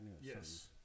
yes